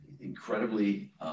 incredibly